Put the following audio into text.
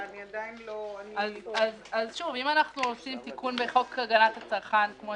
אם אנחנו עושים תיקון בחוק הגנת הצרכן, כפי